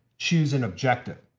choose an objective.